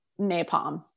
napalm